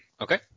Okay